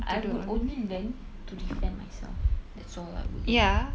I will only learn to defend myself that's all I will learn